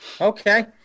Okay